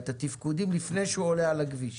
את התפקודים לפני שהוא עולה על הכביש.